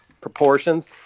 proportions